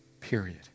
period